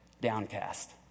downcast